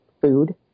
food